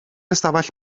ystafell